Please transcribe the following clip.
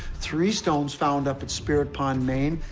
three stones found up at spirit pond, maine,